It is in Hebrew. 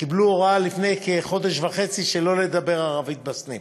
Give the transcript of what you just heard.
קיבלו הוראה לפני כחודש וחצי שלא לדבר ערבית בסניף.